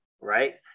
Right